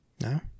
No